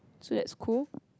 so that's cool